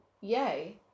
yay